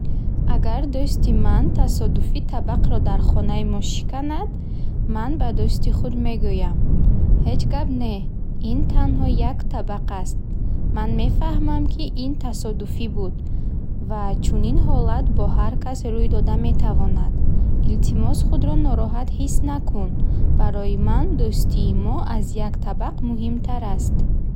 Агар дӯсти ман тасодуфӣ табақро дар хонаи мо шиканад, ман ба дӯсти худ мегӯям: “Ҳеҷ гап не, ин танҳо як табақ аст.” Ман мефаҳмам, ки ин тасодуфӣ буд ва чунин ҳолат бо ҳар кас рӯй дода метавонад. Илтимос, худро нороҳат ҳис накун. Барои ман дӯстии мо аз як табақ муҳимтар аст.